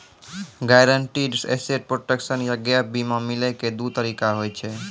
guaranteed asset protection या gap बीमा मिलै के दु तरीका होय छै